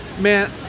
man